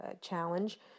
challenge